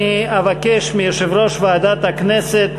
אני אבקש מיושב-ראש ועדת הכנסת,